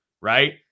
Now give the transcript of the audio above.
right